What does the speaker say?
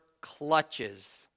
clutches